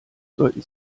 sollten